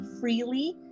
freely